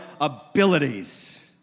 abilities